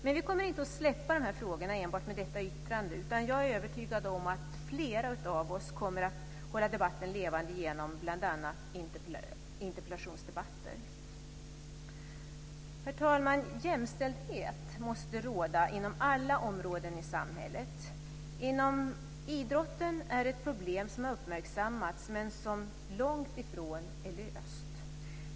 Men vi kommer inte att släppa de här frågorna enbart med detta yttrande, utan jag är övertygad om att flera av oss kommer att hålla debatten levande genom bl.a. interpellationsdebatter. Herr talman! Jämställdhet måste råda inom alla områden i samhället. Inom idrotten är det ett problem som har uppmärksammats men som långtifrån är löst.